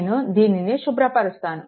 నేను దీనిని శుభ్రపరుస్తాను